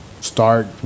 start